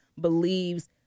believes